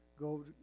go